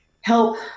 help